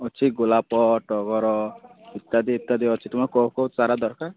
ଅଛି ଗୋଲାପ ଟଗର ଇତ୍ୟାଦି ଇତ୍ୟାଦି ଅଛି ତୁମେ କେଉଁ କେଉଁ ଚାରା ଦରକାର